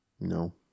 no